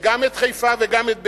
וגם את חיפה וגם את באר-שבע.